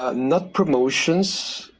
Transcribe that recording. ah not promotions,